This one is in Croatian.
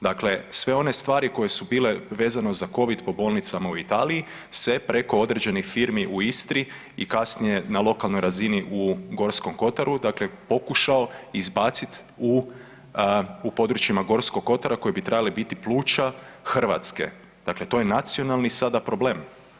Dakle, sve one stvari koje su bile vezane za covid po bolnicama se preko određenih firmi u Istri i kasnije na lokalnoj razini u Gorskom kotaru pokušao izbacit u područjima Gorskog kotara koji bi trebali biti pluća Hrvatske, dakle to je nacionalni sada problem.